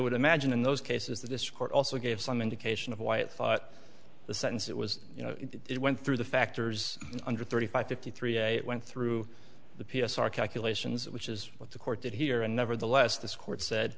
would imagine in those cases that this court also gave some indication of why it thought the sentence it was you know it went through the factors under thirty five fifty three it went through the p s r calculations which is what the court did here and nevertheless this court said